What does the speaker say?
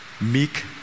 Meek